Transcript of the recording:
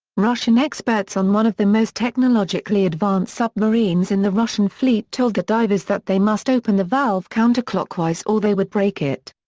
russian experts on one of the most technologically advanced submarines in the russian fleet told the divers that they must open the valve counter-clockwise or they would break it.